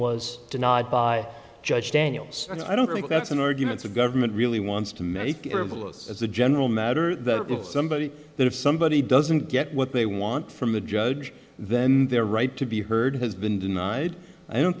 was denied by judge daniels and i don't think that's an argument for government really wants to make envelopes as a general matter that somebody that if somebody doesn't get what they want from the judge then they're right to be heard has been denied i don't